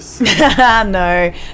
no